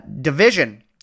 Division